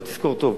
אבל תזכור טוב,